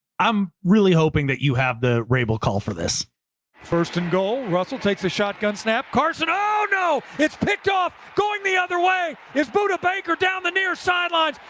i'm really hoping that you have the rebel call for this first and goal russell takes a shotgun snap, carson. oh no. it's picked off going. the other way is buddha baker down the near sidelines.